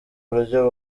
buryo